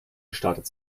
gestattet